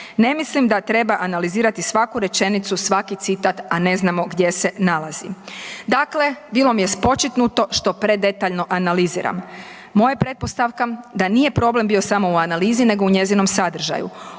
Ne mislim da treba analizirati svaku rečenicu, svaki citat, a ne znamo gdje se nalazi“. Dakle bilo mi je spočitnuto što predetaljno analiziram. Moja pretpostavka da nije problem bio sam o u analizi nego u njezinom sadržaju